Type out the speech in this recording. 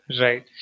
right